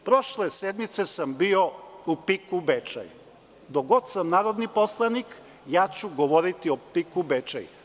Prošle sedmice sam bio u PIK Bečej, do god sam narodni poslanik ja ću govoriti o PIK Bečej.